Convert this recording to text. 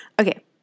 Okay